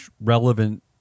relevant